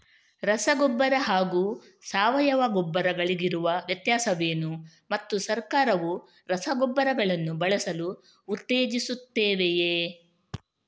ರಸಗೊಬ್ಬರ ಹಾಗೂ ಸಾವಯವ ಗೊಬ್ಬರ ಗಳಿಗಿರುವ ವ್ಯತ್ಯಾಸವೇನು ಮತ್ತು ಸರ್ಕಾರವು ರಸಗೊಬ್ಬರಗಳನ್ನು ಬಳಸಲು ಉತ್ತೇಜಿಸುತ್ತೆವೆಯೇ?